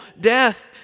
death